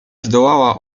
zdołała